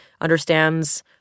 understands